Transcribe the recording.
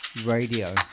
radio